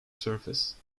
surface